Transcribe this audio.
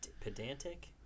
Pedantic